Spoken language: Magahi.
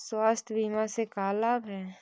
स्वास्थ्य बीमा से का लाभ है?